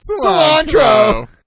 Cilantro